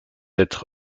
être